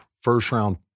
first-round